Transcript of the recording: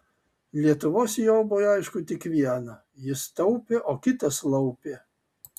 lietuvos jobui aišku tik viena jis taupė o kitas laupė